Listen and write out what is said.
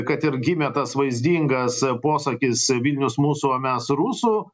kad ir gimė tas vaizdingas posakis vilnius mūsų o mes rusų